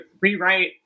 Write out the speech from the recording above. rewrite